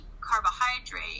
carbohydrate